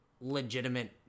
legitimate